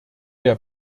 der